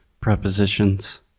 prepositions